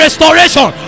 Restoration